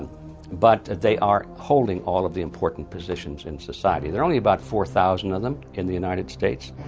but they are holding all of the important positions in society. there are only about four thousand of them in the united states,